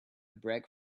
break